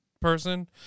person